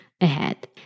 ahead